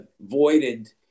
voided